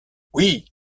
oui